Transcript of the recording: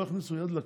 לא יכניסו יד לכיס,